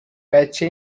بچه